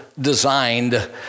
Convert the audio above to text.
designed